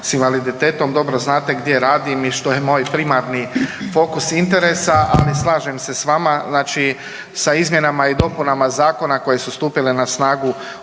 s invaliditetom, dobro znate gdje radim i što je moj primarni fokus interesa, ali slažem se s vama. Znači sa izmjenama i dopunama zakona koje su stupile na snagu